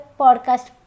podcast